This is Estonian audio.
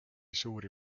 suuri